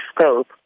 scope